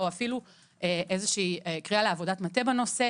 או אפילו איזושהי קריאה לעבודת מטה בנושא,